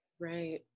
Right